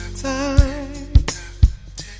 time